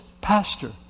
Pastor